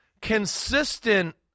consistent